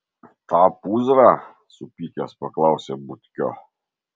tą pūzrą supykęs paklausė butkio